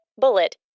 Bullet